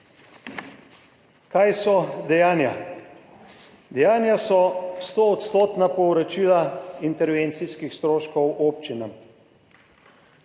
Kaj so dejanja? Dejanja so stoodstotna povračila intervencijskih stroškov občinam.